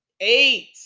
eight